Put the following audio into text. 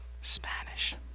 Spanish